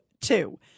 two